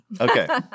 Okay